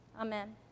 Amen